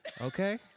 Okay